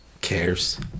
cares